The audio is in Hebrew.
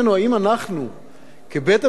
האם אנחנו כבית-המחוקקים,